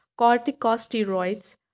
corticosteroids